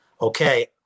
okay